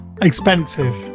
Expensive